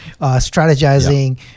strategizing